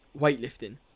weightlifting